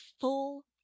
full